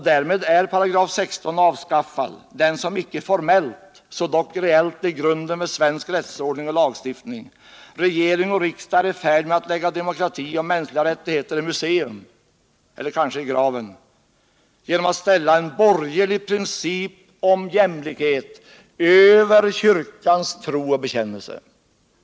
Därmed är § 16 avskaffad — den som om icke formellt, så dock reellt är grunden för svensk rättsordning och lagstiftning. Regering och riksdag är i färd med att lägga demokrati och mänskliga rättigheter i museum eller kanske i graven genom att ställa en borgerlig princip om jämlikhet över kyrkans tro och bekännelse.